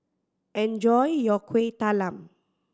enjoy your Kueh Talam